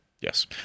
Yes